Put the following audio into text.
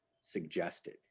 suggested